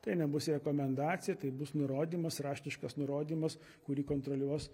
tai nebus rekomendacija tai bus nurodymas raštiškas nurodymas kurį kontroliuos